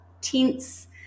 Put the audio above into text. tense